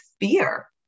fear